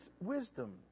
wisdom